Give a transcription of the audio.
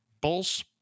Bulls